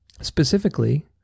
specifically